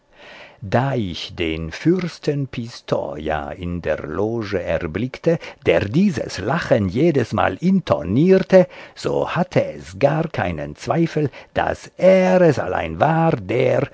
da ich den fürsten pistoja in der loge erblickte der dieses lachen jedesmal intonierte so hatte es gar keinen zweifel daß er es allein war der